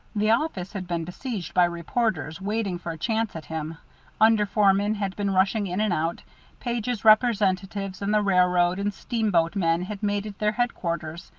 the office had been besieged by reporters waiting for a chance at him under-foremen had been rushing in and out page's representatives and the railroad and steamboat men had made it their headquarters.